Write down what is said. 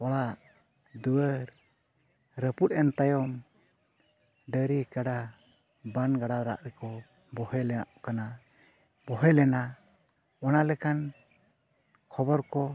ᱚᱲᱟᱜᱼᱫᱩᱣᱟᱹᱨ ᱨᱟᱹᱯᱩᱫᱮᱱ ᱛᱟᱭᱚᱢ ᱰᱟᱹᱝᱨᱤ ᱠᱟᱰᱟ ᱵᱟᱱ ᱜᱟᱰᱟ ᱫᱟᱜ ᱨᱮᱠᱚ ᱵᱳᱦᱮᱞᱚᱜ ᱠᱟᱱᱟ ᱵᱳᱦᱮᱞ ᱮᱱᱟ ᱚᱱᱟ ᱞᱮᱠᱟᱱ ᱠᱷᱚᱵᱚᱨ ᱠᱚ